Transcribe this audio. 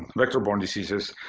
vector-borne diseases.